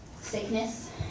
sickness